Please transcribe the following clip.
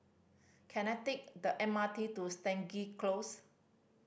can I take the M R T to Stangee Close